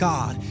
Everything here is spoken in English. God